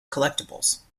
collectibles